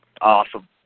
Awesome